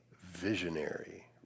visionary